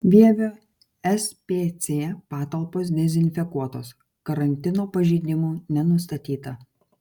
vievio spc patalpos dezinfekuotos karantino pažeidimų nenustatyta